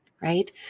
right